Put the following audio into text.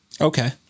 Okay